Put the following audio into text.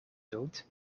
dood